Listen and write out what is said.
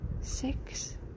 six